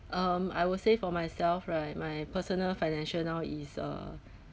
um I would say for myself right my personal financial now is uh